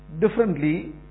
differently